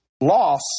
loss